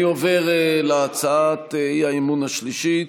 אני עובר להצעת האי-אמון השלישית,